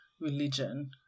religion